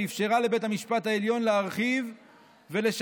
ואפשרה לבית המשפט העליון להרחיב ולשנות